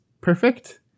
perfect